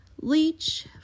Leech